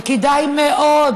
וכדאי מאוד